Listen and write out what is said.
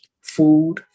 food